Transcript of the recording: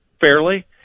fairly